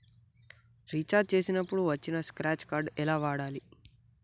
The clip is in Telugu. రీఛార్జ్ చేసినప్పుడు వచ్చిన స్క్రాచ్ కార్డ్ ఎలా వాడాలి?